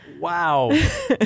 Wow